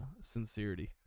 sincerity